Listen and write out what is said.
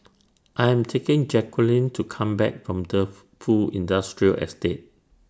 I Am taking Jacquelynn to Come Back from De Fu Industrial Estate